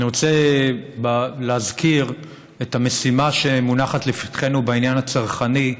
אני רוצה להזכיר את המשימה שמונחת לפתחנו בעניין הצרכני,